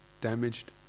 damaged